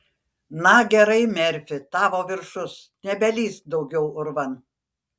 na gerai merfi tavo viršus nebelįsk daugiau urvan